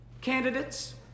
Candidates